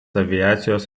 aviacijos